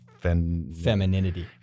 femininity